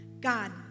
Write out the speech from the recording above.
God